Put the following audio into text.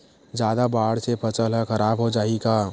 जादा बाढ़ से फसल ह खराब हो जाहि का?